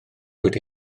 wedi